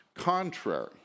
contrary